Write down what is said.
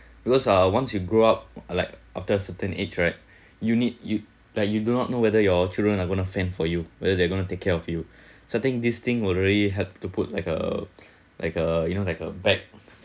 because uh once you grow up like after a certain age right you need you like you do not know whether your children are going to fend for you whether they're going to take care of you so I think this thing will really help to put like a like a you know like a bag